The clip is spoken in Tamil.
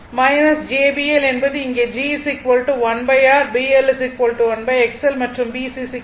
jBL என்பது இங்கே G 1 R BL 1 XL மற்றும் BC 1 XC